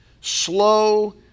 slow